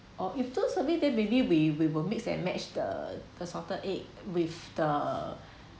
or if too little then maybe we we will mix and match the the salted egg with the